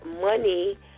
money